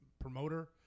promoter